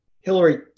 Hillary